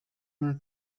not